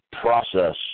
process